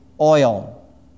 oil